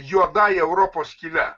juodąja europos skyle